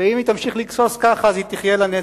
ואם היא תמשיך לגסוס ככה אז היא תחיה לנצח.